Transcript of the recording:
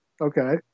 Okay